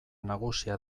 nagusia